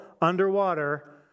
underwater